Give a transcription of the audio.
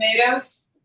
tomatoes